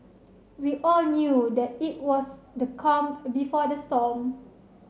we all knew that it was the calm before the storm